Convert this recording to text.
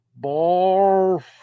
Barf